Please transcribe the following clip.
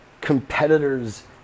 competitor's